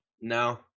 No